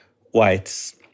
whites